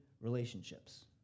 relationships